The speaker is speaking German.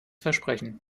versprechen